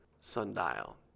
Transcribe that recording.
sundial